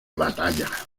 batalla